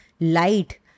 light